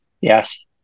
Yes